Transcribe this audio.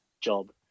job